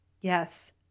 Yes